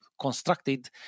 constructed